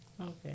Okay